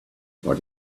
what